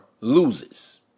loses